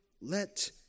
let